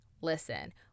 listen